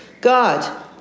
God